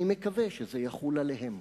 אני מקווה שזה יחול עליהם.